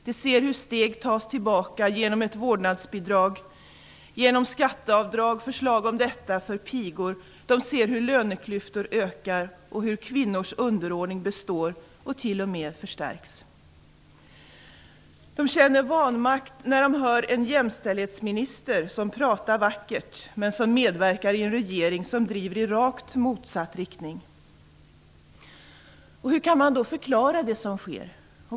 De ser hur steg tas bakåt genom vårdnadsbidrag och genom förslag om skatteavdrag för pigor. De ser hur löneklyftorna ökar, hur kvinnors underordning består och till och med förstärks. Kvinnor känner vanmakt när de hör en jämställdhetsminister som pratar vackert, men som medverkar i en regering som driver i rakt motsatt riktning. Hur kan man då förklara det som sker?